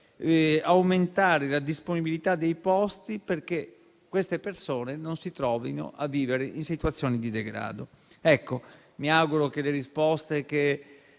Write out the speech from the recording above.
dall'altro, la disponibilità dei posti, perché queste persone non si trovino a vivere in situazioni di degrado. Mi auguro che le risposte che